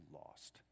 lost